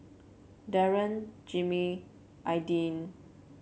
Daron Jimmie Aidyn